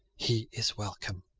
he is welcome.